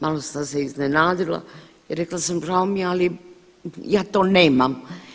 Malo sam se iznenadila i rekla sam žao mi je ali ja to nemam.